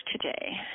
today